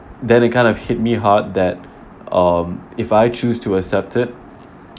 then it kind of hit me hard that um if I choose to accept it